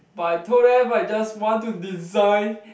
but I told them I just want to design